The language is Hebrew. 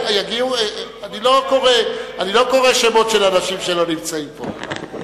אני לא קורא שמות של אנשים שלא נמצאים פה.